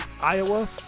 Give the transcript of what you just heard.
Iowa